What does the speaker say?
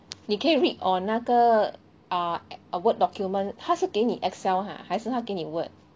你可以 read on 那个 uh Word document 他是给你 Excel !huh! 还是他给你 Word